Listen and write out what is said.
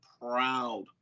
proud